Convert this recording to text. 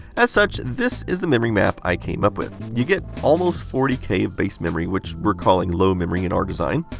as such, this is the memory map i came up with. you get almost forty k of base memory, which we are calling low memory in our design.